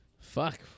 Fuck